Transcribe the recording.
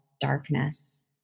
darkness